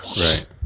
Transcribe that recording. Right